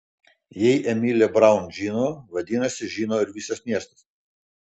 jei emilė braun žino vadinasi žino ir visas miestas